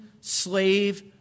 slave